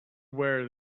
where